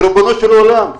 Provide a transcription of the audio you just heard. ריבונו של עולם.